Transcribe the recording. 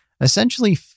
essentially